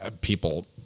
people